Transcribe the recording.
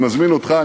אני מזמין אותך,